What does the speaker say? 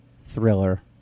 thriller